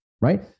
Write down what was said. right